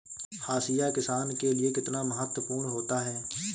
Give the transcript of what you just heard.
हाशिया किसान के लिए कितना महत्वपूर्ण होता है?